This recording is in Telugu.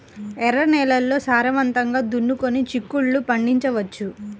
ఎర్ర నేలల్లో సారవంతంగా దున్నుకొని చిక్కుళ్ళు పండించవచ్చు